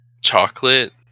chocolate